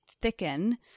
thicken